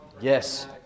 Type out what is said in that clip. Yes